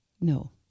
No